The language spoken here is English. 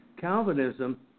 Calvinism